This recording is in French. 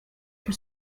que